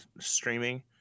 streaming